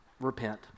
repent